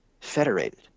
federated